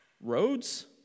Roads